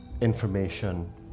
information